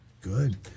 Good